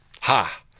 Ha